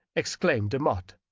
exclaimed demotte,